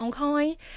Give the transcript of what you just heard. okay